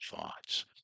thoughts